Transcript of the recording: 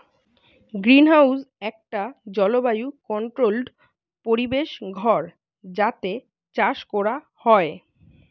greenhouse একটা জলবায়ু controlled পরিবেশ ঘর যাতে চাষ কোরা হয়